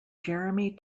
jeremy